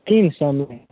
तीन सओमे